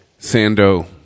Sando